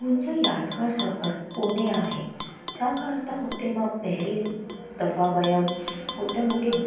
मुंहिंजो यादगार सफ़रु पूने आहे छाकाणि त हुते मां पहिरियों दफ़ा वियमि हुते मूंखे